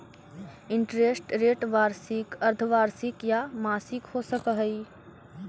interest rate वार्षिक, अर्द्धवार्षिक या मासिक हो सकऽ हई